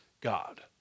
God